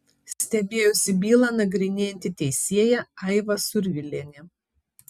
stebėjosi bylą nagrinėjanti teisėja aiva survilienė